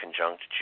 conjunct